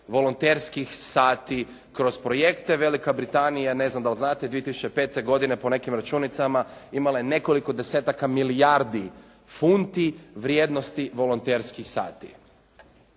volonterskih sati kroz projekte. Velika Britanija, ne znam dali znate 2005. godine po nekim računicama imala je nekoliko desetaka milijardi funti vrijednosti volonterskih sati.